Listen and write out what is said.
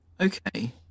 Okay